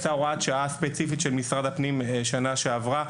יצאה הוראת שעה ספציפית של משרד הפנים בשנה שעברה,